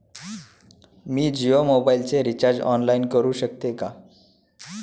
मी जियो मोबाइलचे recharge online करू शकते का?